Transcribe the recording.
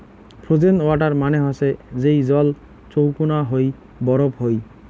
frozen water মানে হসে যেই জল চৌকুনা হই বরফ হই